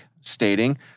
stating